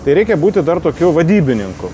tai reikia būti dar tokių vadybininku